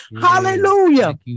Hallelujah